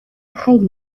خیلی